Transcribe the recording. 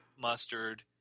mustard